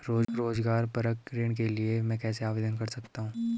रोज़गार परक ऋण के लिए मैं कैसे आवेदन कर सकतीं हूँ?